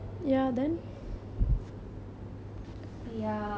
ya um okay let me ask you one more thing